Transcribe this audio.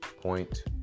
Point